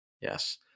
Yes